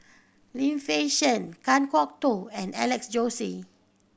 Lim Fei Shen Kan Kwok Toh and Alex Josey